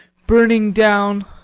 burning down.